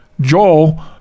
Joel